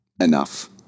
enough